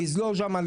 לזלול שמה,